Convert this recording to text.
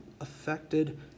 affected